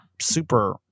super